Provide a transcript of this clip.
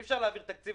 אי אפשר להעביר תקציב,